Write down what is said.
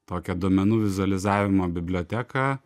tokią duomenų vizualizavimo biblioteką